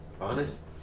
Honest